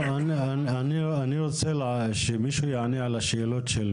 אני רוצה שמישהו יענה על שאלותיו של